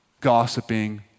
gossiping